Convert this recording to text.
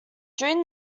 during